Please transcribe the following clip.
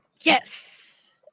yes